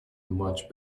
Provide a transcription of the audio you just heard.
much